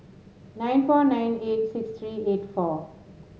nine four nine eight six three eight four